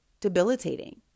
debilitating